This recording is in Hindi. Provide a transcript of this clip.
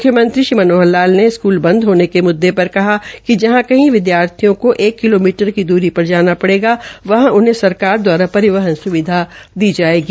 मुख्यमंत्री मनोहर लाल ने स्कूल बंद होने के मुद्दे पर कहा जहां की विद्यार्थियों को एक किलोमीटर से दूरी पर जाना पड़ेगा वहां उन्हें सरकार द्वारा परिवहन स्विधा दी जायेगी